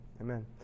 Amen